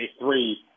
three